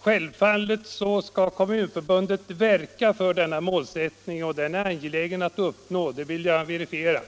Självfallet skall Kommunförbundet verka för denna målsättning. Den är angelägen att uppnå, det vill jag verifiera.